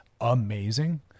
amazing